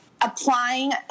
applying